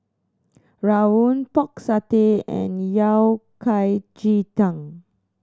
rawon Pork Satay and Yao Cai ji tang